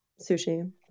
Sushi